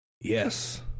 yes